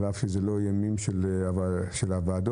על אף שזה לא ימי הפעילות של הוועדות,